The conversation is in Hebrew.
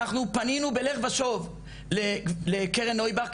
אנחנו פנינו בלך ושוב לקרן נוייבך,